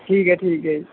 ਠੀਕ ਹੈ ਠੀਕ ਹੈ ਜੀ